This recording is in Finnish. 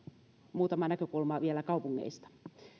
muutama näkökulma vielä kaupungeista